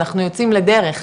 אנחנו יוצאים לדרך,